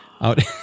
out